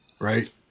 right